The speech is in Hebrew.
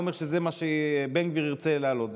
ואני לא אומר שזה מה שבן גביר ירצה להעלות,